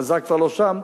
עזה כבר לא שם,